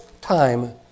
time